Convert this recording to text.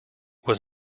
was